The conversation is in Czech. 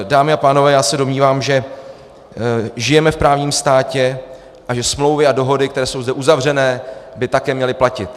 Dámy a pánové, já se domnívám, že žijeme v právním státě a že smlouvy a dohody, které jsou zde uzavřeny, by měly platit.